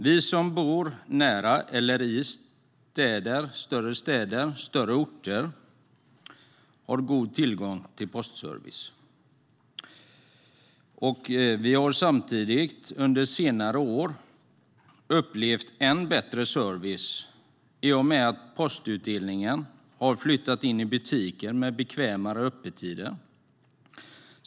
Vi som bor nära eller i städer, större städer eller större orter, har god tillgång till postservice. Vi har samtidigt under senare år upplevt än bättre service i och med att postutdelningen har flyttat in i butiken med bekvämare öppettider.